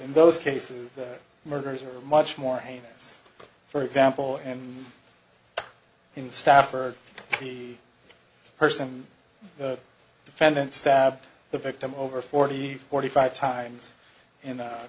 in those cases the murders are much more heinous for example and in stafford the person the defendant stabbed the victim over forty forty five times in the